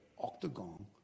octagon